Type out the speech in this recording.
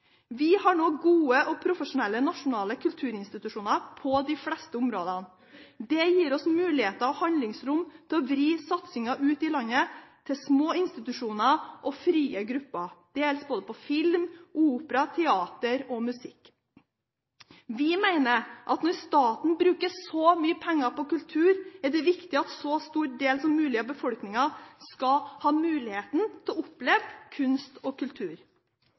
Vi har nå gode og profesjonelle nasjonale kulturinstitusjoner på de fleste områder. Det gir oss muligheter og handlingsrom til å vri satsingen ut i landet, til små institusjoner og frie grupper. Det gjelder både for film, opera, teater og musikk. Vi mener at når staten bruker så mye penger på kultur, er det viktig at en så stor del av befolkningen som mulig skal ha mulighet til å oppleve kunst og kultur.